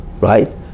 right